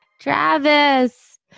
Travis